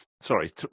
sorry